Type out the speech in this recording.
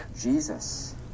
Jesus